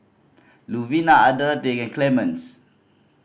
Luvinia Adelaide and Clemens